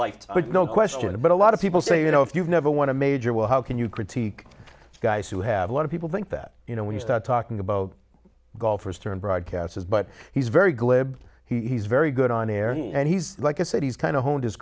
but no question but a lot of people say you know if you've never won a major well how can you critique guys who have a lot of people think that you know when you start talking about golfers turn broadcasters but he's very glib he's very good on air and he's like i said he's kind of honed his